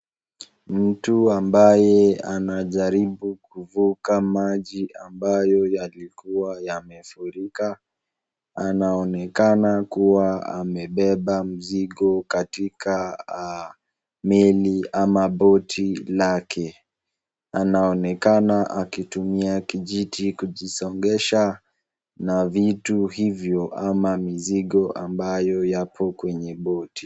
Mtu ambaye anajaribu kuvuka maji ambayo yalikuwa yamefurika anaonekana kuwa amebeba mzigo katika meli ama boti lake. Anaonekana akitumia kijiti kujisongesha na vitu hivyo ama mizigo ambayo yapo kwenye boti.